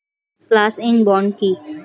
Slash and burn কি?